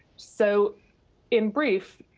so in brief,